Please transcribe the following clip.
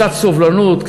קצת סובלנות,